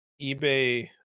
eBay